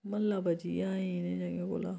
म्हल्ला बची जा इनें जगह् कोला